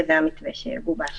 כרגע זה המתווה שגובש.